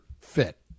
fit